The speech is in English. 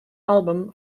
album